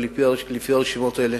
ולפי הרשימות האלה,